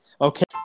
Okay